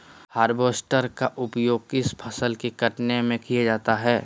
Harvester का उपयोग किस फसल को कटने में किया जाता है?